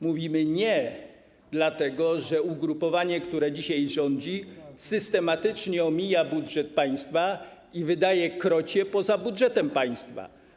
Mówimy: nie, dlatego że ugrupowanie, które dzisiaj rządzi, systematycznie omija budżet państwa i wydaje krocie poza budżetem państwa.